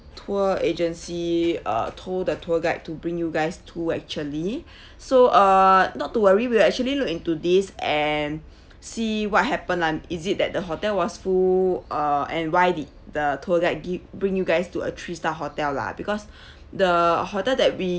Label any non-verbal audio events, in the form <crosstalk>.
tour agency uh told the tour guide to bring you guys to actually <breath> so uh not to worry we will actually look into this and <breath> see what happen lah is it that the hotel was full uh and why did the tour guide gi~ bring you guys to a three star hotel lah because <breath> the hotel that we